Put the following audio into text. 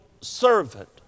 servant